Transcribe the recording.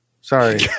Sorry